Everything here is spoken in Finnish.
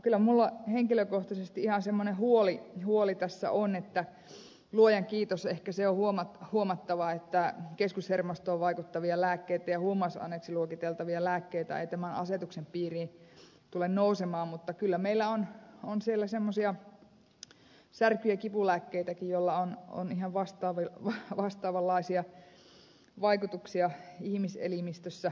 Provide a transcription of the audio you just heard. kyllä minulla ihan henkilökohtaisesti semmoinen huoli tässä on että luojan kiitos ehkä se on huomattava että keskushermostoon vaikuttavia lääkkeitä ja huumausaineeksi luokiteltavia lääkkeitä ei tämän asetuksen piiriin tule nousemaan mutta kyllä meillä on siellä semmoisia särky ja kipulääkkeitäkin joilla on ihan vastaavanlaisia vaikutuksia ihmiselimistössä